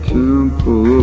temple